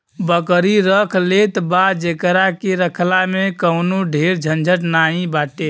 बकरी रख लेत बा जेकरा के रखला में कवनो ढेर झंझट नाइ बाटे